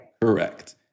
Correct